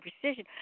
precision